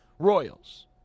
Royals